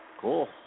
Cool